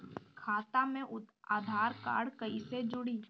खाता मे आधार कार्ड कईसे जुड़ि?